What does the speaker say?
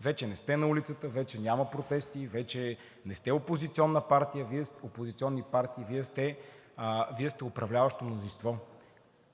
Вече не сте на улицата. Вече няма протести. Вече не сте опозиционни партии – Вие сте управляващо мнозинство.